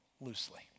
loosely